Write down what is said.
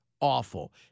awful